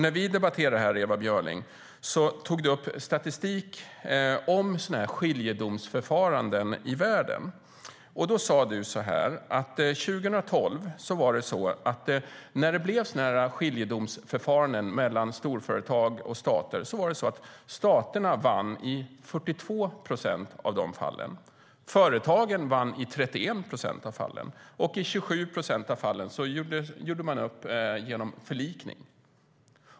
När vi debatterade det här, Ewa Björling, tog du upp statistik om sådana här skiljedomsförfaranden i världen. Du sade att när det blev skiljedomsförfaranden mellan storföretag och stater 2012 vann staterna i 42 procent av fallen. Företagen vann i 31 procent av fallen, och i 27 procent av fallen gjorde man upp genom förlikning.